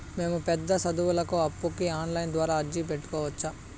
మేము పెద్ద సదువులకు అప్పుకి ఆన్లైన్ ద్వారా అర్జీ పెట్టుకోవచ్చా?